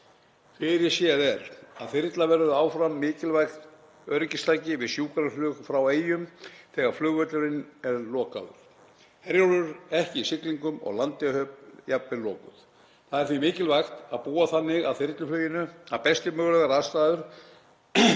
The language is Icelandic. Fyrirséð er að þyrla verður áfram mikilvægt öryggistæki fyrir sjúkraflug frá Eyjum þegar flugvöllurinn er lokaður, Herjólfur ekki í siglingum og Landeyjahöfn jafnvel lokuð. Það er því mikilvægt að búa þannig að þyrlufluginu að besta mögulega aðstaða